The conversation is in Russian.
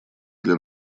для